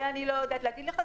זה אני לא יודעת להגיד לך.